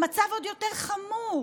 המצב עוד יותר חמור,